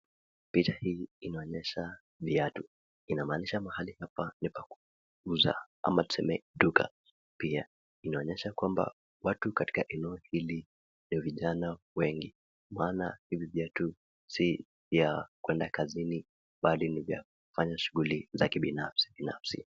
Picha hii inaonyesha viatu. Inamaanisha mahali hapa ni pa kuuza ama tuseme duka pia. Inaonyesha kwamba watu katika eneo hili ni vijana wengi maana hivi viatu si vya kuenda kazini bali ni vya kufanya shughuli za kibinafsi binafsi.